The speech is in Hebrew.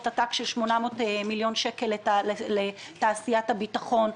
עתק של 800 מיליון שקל לתעשיית הביטחון.